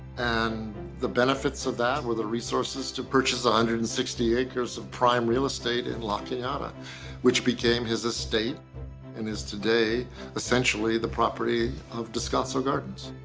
and the benefits of that were the resources to purchase one hundred and sixty acres of prime real estate in la tiana which became his estate and is today essentially the property of descanso gardens.